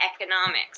economics